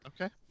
Okay